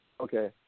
Okay